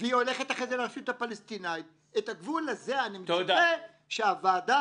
והולכת לרשות הפלסטינית - את הגבול הזה אני מצפה שהוועדה